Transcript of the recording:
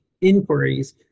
inquiries